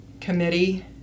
committee